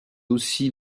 aussi